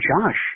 Josh